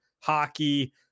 hockey